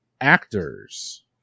actors